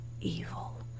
evil